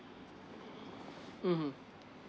mmhmm